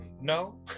no